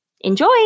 Enjoy